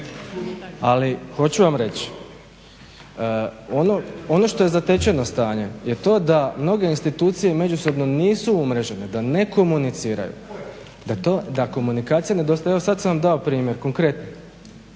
Ali hoću vam reći ono što je zatečeno stanje je to da mnoge institucije međusobno umrežene da ne komuniciraju, da komunikacija nedostaje. Evo sada sam vam dao primjer konkretno.